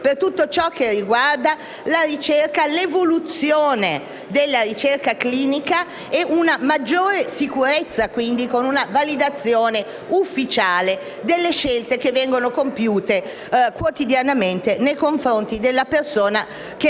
per tutto ciò che riguarda la ricerca e l'evoluzione della ricerca clinica e una maggiore sicurezza, quindi, con una validazione ufficiale delle scelte che vengono compiute quotidianamente nei confronti della persona che